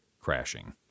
crashing